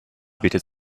bitte